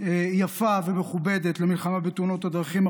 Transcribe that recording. יפה ומכובדת למלחמה בתאונות הדרכים,